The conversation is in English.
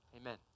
Amen